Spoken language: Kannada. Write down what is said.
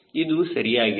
ಇದು ಸರಿಯಾಗಿದೆ